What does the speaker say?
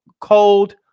cold